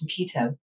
keto